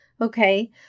okay